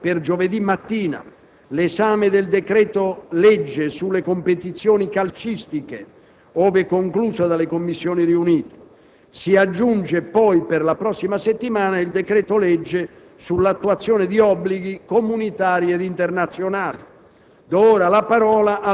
Resta fermo per giovedì mattina l'esame del decreto-legge sulle competizioni calcistiche, ove concluso dalle Commissioni riunite. Si aggiunge, poi, per la prossima settimana il decreto-legge sull'attuazione di obblighi comunitari ed internazionali.